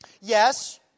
Yes